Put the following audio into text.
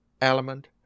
element